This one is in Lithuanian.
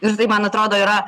ir tai man atrodo yra